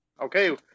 Okay